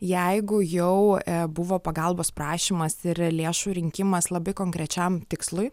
jeigu jau buvo pagalbos prašymas ir lėšų rinkimas labai konkrečiam tikslui